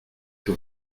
que